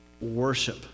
Worship